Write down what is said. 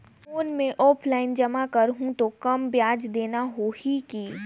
कौन मैं ऑफलाइन जमा करहूं तो कम ब्याज देना होही की?